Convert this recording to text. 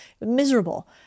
Miserable